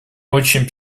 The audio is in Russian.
очень